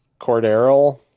Cordero